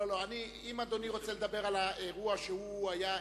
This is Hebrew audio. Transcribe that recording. אם אדוני רוצה לדבר על האירוע שהוא היה,